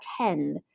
attend